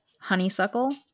honeysuckle